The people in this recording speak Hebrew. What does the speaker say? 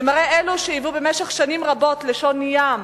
הם הרי אלו שהיוו במשך שנים רבות לשון ים